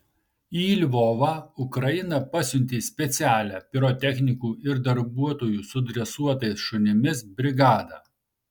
į lvovą ukraina pasiuntė specialią pirotechnikų ir darbuotojų su dresuotais šunimis brigadą